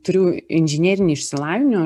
turiu inžinerinį išsilavinimą